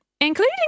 including